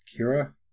Kira